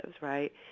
right